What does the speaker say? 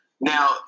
now